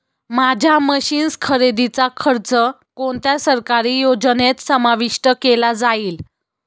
माझ्या मशीन्स खरेदीचा खर्च कोणत्या सरकारी योजनेत समाविष्ट केला जाईल?